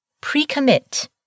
pre-commit